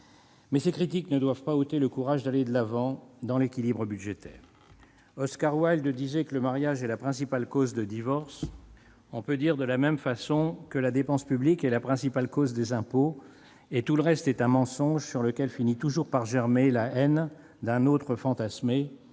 Mais ces critiques ne doivent pas ôter le courage d'aller de l'avant en matière d'équilibre budgétaire. Oscar Wilde disait que le mariage est la principale cause de divorce. On peut dire de la même façon que la dépense publique est la principale cause des impôts, et tout le reste est un mensonge sur lequel finit toujours par germer la haine d'un autre fantasmé,